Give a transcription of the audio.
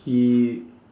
he